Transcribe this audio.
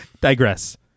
digress